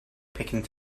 picking